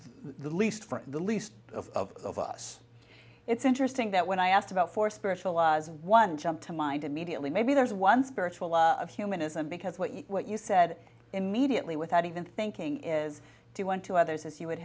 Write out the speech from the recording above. the least for the least of us it's interesting that when i asked about for specialized one jump to mind immediately maybe there is one spiritual law of humanism because what you what you said immediately without even thinking is to want to others as you would